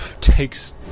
takes